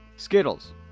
Skittles